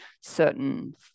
certain